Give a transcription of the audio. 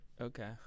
Okay